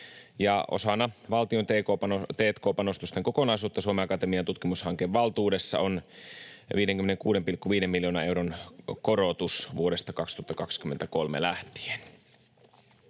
osana valtion t&k-panostusten kokonaisuutta Suomen Akatemian tutkimushankevaltuudessa on 56,5 miljoonan euron korotus vuodesta 2023 lähtien.